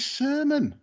sermon